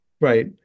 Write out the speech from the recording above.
Right